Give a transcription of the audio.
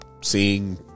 seeing